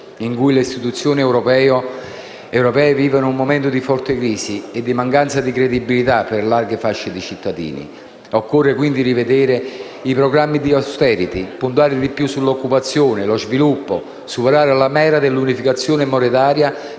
in cui le istituzioni europee vivono un momento di forte crisi e di mancanza di credibilità per larghe fasce di cittadini. Occorre quindi rivedere i programmi di *austerity*, puntare di più sull'occupazione e sullo sviluppo e superare la mera unificazione monetaria,